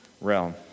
realm